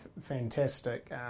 fantastic